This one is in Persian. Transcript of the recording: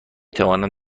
توانم